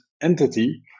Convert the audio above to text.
entity